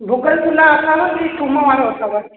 भुॻल पुलाउ अथव कि थूम वारो अथव